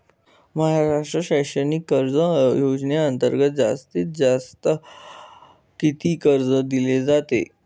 महाराष्ट्र शैक्षणिक कर्ज योजनेअंतर्गत जास्तीत जास्त किती कर्ज दिले जाते?